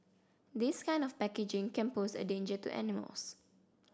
this kind of packaging can pose a danger to animals